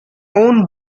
own